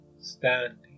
standing